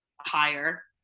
higher